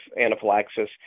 anaphylaxis